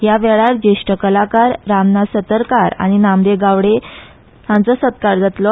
ह्या वेळार ज्येश्ठ कलाकार रामनाथ सतरकार आनी नामदेव गावडे हांचो सत्कार जातलो